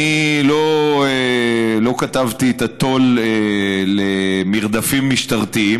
אני לא כתבתי את התו"ל למרדפים משטרתיים.